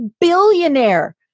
billionaire